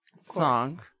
song